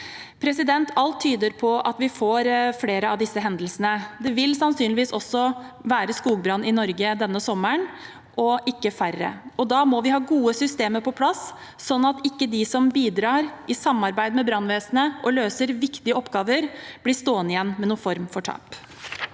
regning. Alt tyder på at vi får flere av disse hendelsene. Det vil sannsynligvis være skogbrann i Norge også denne sommeren, og ikke færre enn før. Da må vi ha gode systemer på plass, sånn at ikke de som bidrar i samarbeid med brannvesenet og løser viktige oppgaver, blir stående igjen med noen form for tap.